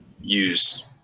use